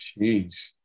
Jeez